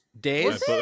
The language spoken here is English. Days